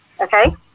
Okay